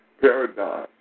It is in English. paradigm